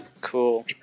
Cool